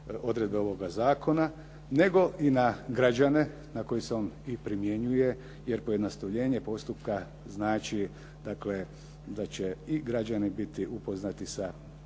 odredbe ovog zakona, nego i na građane na koje se on i primjenjuje. Jer pojednostavljenje postupka znači, dakle sa će i građani biti upoznati sa